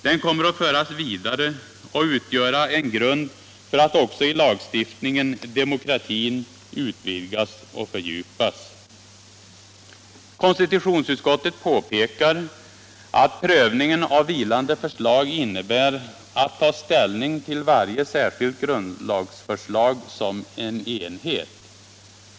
Den kommer att föras vidare och utgöra en grund för att också i lagstiftningen demokratin utvidgas och fördjupas. Konstitutionsutskottet påpekar att prövningen av vilande förslag innebär att ta stiällning till varje särskilt grundlagsförslag som en enhet.